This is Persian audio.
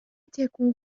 تکون